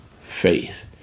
faith